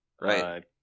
right